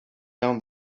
down